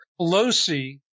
Pelosi